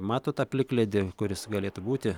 mato tą plikledį kur jis galėtų būti